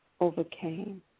overcame